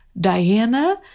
Diana